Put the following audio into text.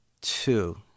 two